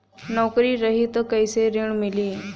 नौकरी रही त कैसे ऋण मिली?